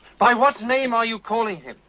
by what name are you calling him?